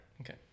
Okay